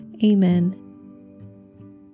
Amen